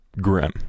grim